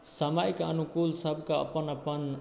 समय कऽ अनुकूल सब कऽ अपन अपन